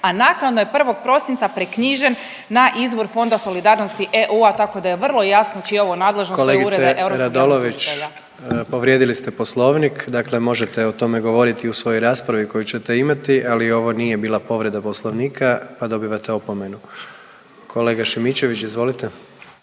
a naknadno je 1. prosinca preknjižen na izvor Fonda solidarnosti EU-a tako da je vrlo jasno čija je ovo nadležnost. To je Ured europskog javnog tužitelja. **Jandroković, Gordan (HDZ)** Kolegice Radolović povrijedili ste Poslovnik. Dakle, možete o tome govoriti u svojoj raspravi koju ćete imati, ali ovo nije bila povreda Poslovnika pa dobivate opomenu. Kolega Šimičević, izvolite.